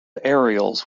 aerials